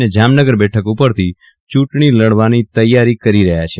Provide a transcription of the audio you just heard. અને જામનગર બેઠક ઉપરથી ચૂંટશી લડવાની તૈયારી કરી રહ્યા છે